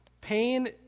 pain